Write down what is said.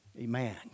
Amen